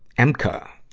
emca